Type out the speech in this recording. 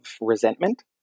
resentment